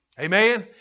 Amen